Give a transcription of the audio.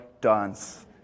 dance